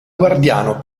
guardiano